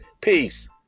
Peace